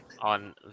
on